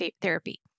therapy